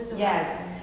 Yes